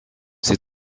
ces